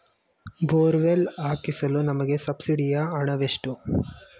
Borewell ಹಾಕಿಸಲು ನಮಗೆ ಸಬ್ಸಿಡಿಯ ಹಣವೆಷ್ಟು?